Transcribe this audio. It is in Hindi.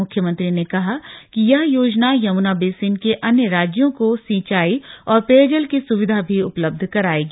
मुख्यमंत्री ने कहा कि यह योजना यमुना बेसिन के ॅ अन्य राज्यों को सिंचाई और पेयजल की सुविधा भी उपलब्ध कराएगी